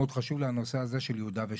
חשוב לה הנושא הזה של יהודה ושומרון.